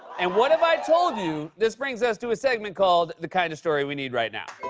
and what if i told you this brings us to a segment called the kind of story we need right now?